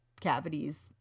cavities